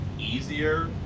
easier